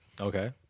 Okay